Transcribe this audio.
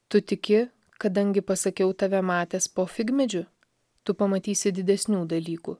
tu tiki kadangi pasakiau tave matęs po figmedžiu tu pamatysi didesnių dalykų